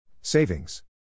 Savings